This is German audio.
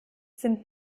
sind